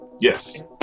Yes